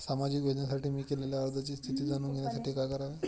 सामाजिक योजनेसाठी मी केलेल्या अर्जाची स्थिती जाणून घेण्यासाठी काय करावे?